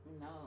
No